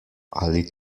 ali